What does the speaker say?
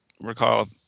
recall